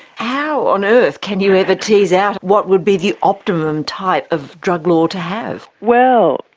how on earth can you ever tease out what would be the optimum type of drug law to have? well,